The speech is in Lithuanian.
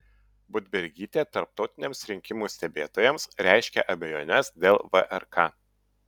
budbergytė tarptautiniams rinkimų stebėtojams reiškia abejones dėl vrk